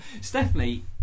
Stephanie